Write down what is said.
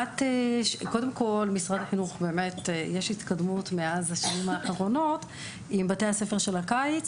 יש התקדמות במשרד החינוך בשנים האחרונות עם בתי הספר של הקיץ